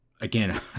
Again